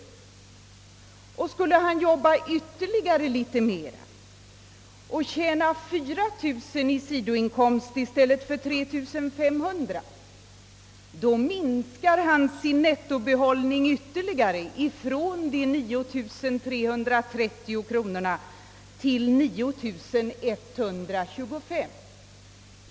Skulle han arbeta ytterligare litet mer och ha 4000 kronor i sidoinkomst i' stället för 3 500, så minskar han sin nettobehållning från 9 330 till 9125 kronor.